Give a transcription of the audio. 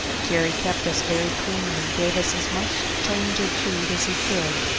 jerry kept us very clean, and gave us as much change of food as he could,